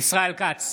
ישראל כץ,